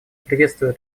приветствую